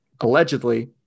allegedly